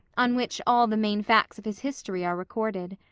on which all the main facts of his history are recorded.